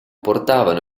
portavano